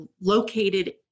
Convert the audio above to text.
located